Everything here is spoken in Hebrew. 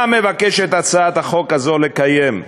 מה מבקשת הצעת החוק הזאת לקיים,